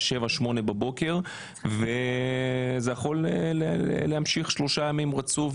08:00-07:00 בבוקר וזה יכול להמשיך 3 ימים רצוף,